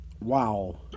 wow